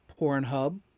Pornhub